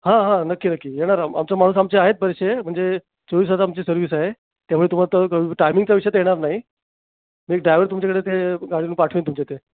हां हां नक्की नक्की येणार आम आमचं माणूस आमचे आहेत बरेचसे म्हणजे चोवीस तास आमची सर्विस आहे त्यामुळे तुम्हाला तर टाइमिंगचा विषय तर येणार नाही एक ड्राइवर तुमच्याकडे ते गाडी घेऊन पाठवीन तुमच्या इथे